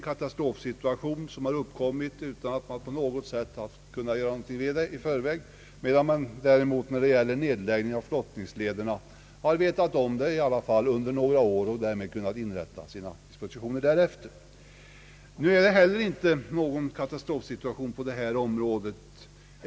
Dessa har uppkommit genom en naturkatastrof som ingen har kunnat göra något åt i förväg, medan man har känt till nedläggningen av flottningslederna under några år och kunnat anpassa sina dispositioner därefter. Nu är det inte heller någon katastrofsituation på detta område.